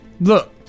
look